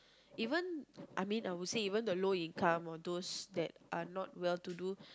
even I mean I would say even the low income or those that are not well to do